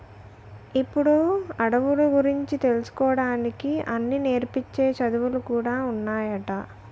ఇప్పుడు అడవుల గురించి తెలుసుకోడానికి అన్నీ నేర్పించే చదువులు కూడా ఉన్నాయట